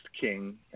King